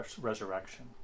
resurrection